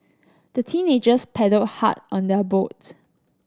the teenagers paddled hard on their boats